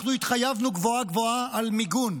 אנחנו התחייבנו, גבוהה-גבוהה, למיגון.